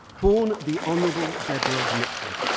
born the honorable deborah mitford,